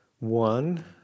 One